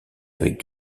avec